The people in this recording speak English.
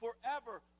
forever